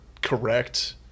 correct